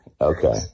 Okay